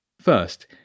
First